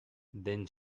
then